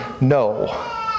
no